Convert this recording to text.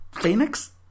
Phoenix